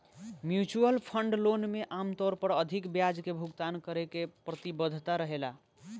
mutual fund loan में आमतौर पर अधिक ब्याज के भुगतान करे के प्रतिबद्धता रहेला